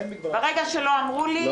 ברגע שלא אמרו לי לא